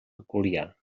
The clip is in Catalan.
peculiar